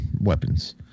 weapons